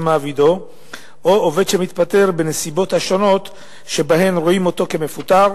מעבידו או עובד שמתפטר בנסיבות השונות שבהן רואים אותו כמפוטר,